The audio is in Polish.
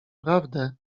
prawdę